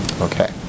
Okay